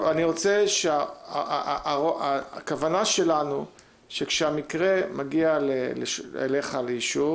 הכוונה שלנו שכשהמקרה מגיע אליך לאישור